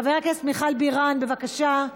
חברת הכנסת מיכל בירן, בבקשה.